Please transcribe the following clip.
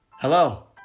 Hello